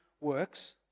works